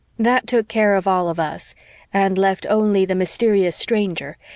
that took care of all of us and left only the mysterious stranger,